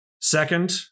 Second